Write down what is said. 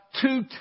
two